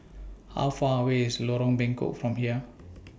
How Far away IS Lorong Bengkok from here